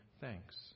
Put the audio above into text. thanks